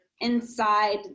inside